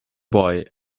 boy